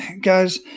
guys